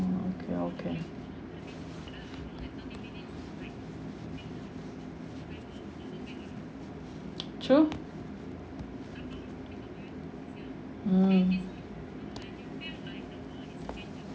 ah okay okay true mm